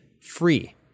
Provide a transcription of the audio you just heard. free